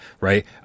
right